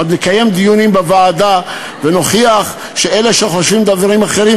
עוד נקיים דיונים בוועדה ונוכיח שאלה שחושבים דברים אחרים,